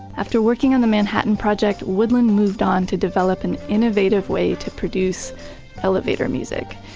after working on the manhattan project, woodland moved on to develop an innovative way to produce elevator music.